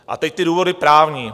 A teď ty důvody právní.